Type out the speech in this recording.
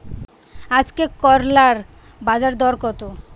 আজকে করলার বাজারদর কত?